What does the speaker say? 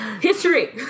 history